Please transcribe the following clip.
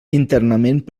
internament